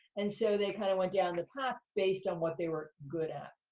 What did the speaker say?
and so they kind of went down the path based on what they were good at.